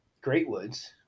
Greatwoods